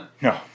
No